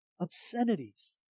obscenities